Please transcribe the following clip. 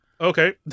Okay